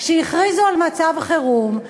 כשהכריזו על מצב חירום,